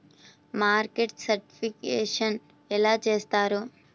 Market certification ఎలా చేస్తారు?